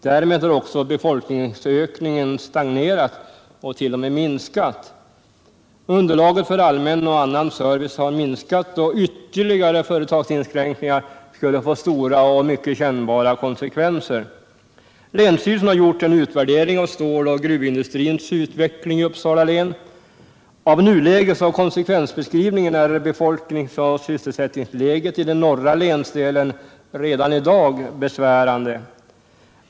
Därmed har också befolkningsökningen stagnerat och t.o.m. minskat. Underlaget för allmän och annan service har minskat och ytterligare företagsinskränkningar skulle få stora och kännbara konsekvenser. Länsstyrelsen har gjort en utvärdering av ståloch gruvindustrins utveckling i Uppsala län. Enligt nulägesoch konsekvensbeskrivningen är befolkningsoch sysselsättningsläget i den norra länsdelen redan i dag besvärande.